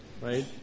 right